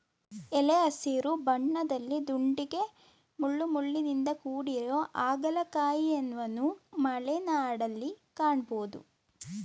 ಎಲೆ ಹಸಿರು ಬಣ್ಣದಲ್ಲಿ ದುಂಡಗೆ ಮುಳ್ಳುಮುಳ್ಳಿನಿಂದ ಕೂಡಿರೊ ಹಾಗಲಕಾಯಿಯನ್ವನು ಮಲೆನಾಡಲ್ಲಿ ಕಾಣ್ಬೋದು